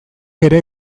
ere